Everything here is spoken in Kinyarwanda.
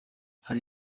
hari